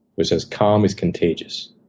who says calm is contagious.